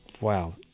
wow